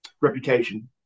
Reputation